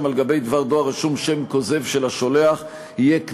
על-גבי דבר דואר רשום שם כוזב של השולח יהיה קנס,